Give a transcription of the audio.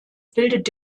bildet